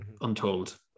Untold